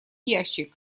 ящик